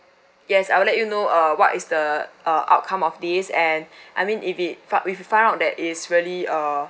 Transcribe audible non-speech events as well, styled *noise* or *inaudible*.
yes I will let you know uh what is the uh outcome of these and *breath* I mean if we found if we find out that it's really uh *breath*